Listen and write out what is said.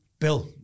Bill